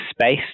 space